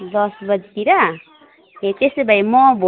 दस बजेतिर ए त्यसो भए म